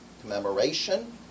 commemoration